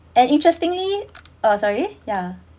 and interestingly uh sorry ya